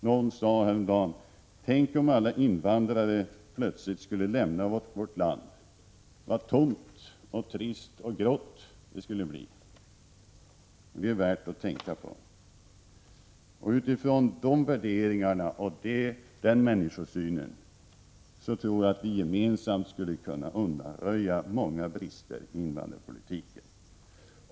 Någon sade häromdagen: Tänk om alla invandrare plötsligt skulle lämna vårt land. Vad tomt och trist och grått det skulle bli! Det är värt att tänka på. Utifrån de värderingarna och den människosynen tror jag att vi gemensamt skall kunna undanröja många brister i invandrarpolitiken.